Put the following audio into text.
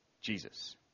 Jesus